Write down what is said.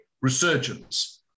resurgence